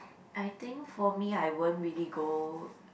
I think for me I won't really go